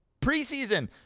preseason